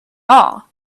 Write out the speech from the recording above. all